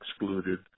excluded